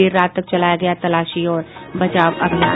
देर रात तक चलाया गया तलाशी और बचाव अभियान